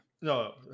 No